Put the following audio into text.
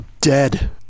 Dead